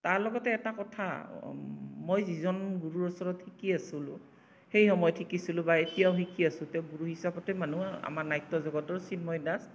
তাৰ লগতে এটা কথা মই যিজন গুৰুৰ ওচৰত শিকি আছিলোঁ সেই সময়ত শিকিছিলোঁ বা এতিয়াও শিকি আছো তেওঁক গুৰু হিচাপতে মানো আমাৰ নাট্য় জগতৰ চিন্ময় দা